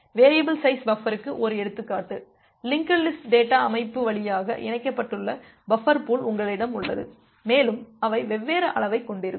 variable size பஃபருக்கு ஒரு எடுத்துக்காட்டு லிங்குடு லிஸ்ட் டேட்டா அமைப்பு வழியாக இணைக்கப்பட்டுள்ள பஃபர் பூல் உங்களிடம் உள்ளது மேலும் அவை வெவ்வேறு அளவைக் கொண்டிருக்கும்